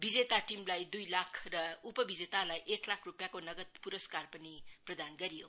विजेता टीमलाई दुई लाख र उपविजेता लाई एक लाख रूपियाँको नगद पुरस्कार पनि प्रदान गरियो